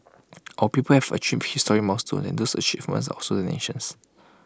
our people have achieve historic milestones and those achievements are also the nation's